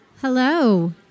Hello